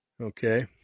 Okay